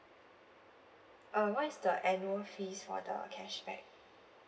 uh what is the annual fees for the cashback